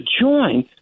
join